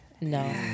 No